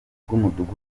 bw’umudugudu